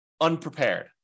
unprepared